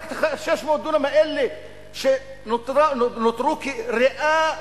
רק 600 הדונם האלה שנותרו כריאה,